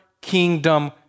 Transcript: kingdom